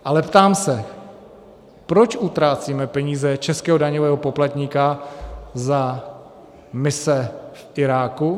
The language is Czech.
Ale ptám se proč utrácíme peníze českého daňového poplatníka za mise v Iráku?